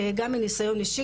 גם מניסיון אישי,